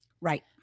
Right